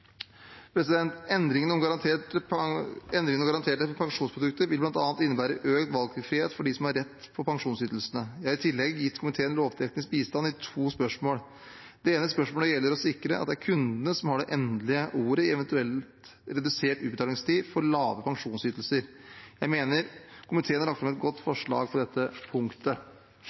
Endringene om garanterte pensjonsprodukter vil bl.a. innebære økt valgfrihet for dem som har rett på pensjonsytelsene. Jeg har i tillegg gitt komiteen lovteknisk bistand i to spørsmål. Det ene spørsmålet gjelder å sikre at det er kundene som har det endelige ordet i en eventuelt redusert utbetalingstid for lave pensjonsytelser. Jeg mener komiteen har lagt fram et godt forslag på dette punktet.